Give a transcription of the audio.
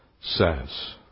says